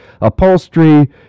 upholstery